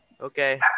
Okay